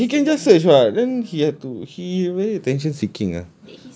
ya he can just search [what] then he had to he very attention seeking ah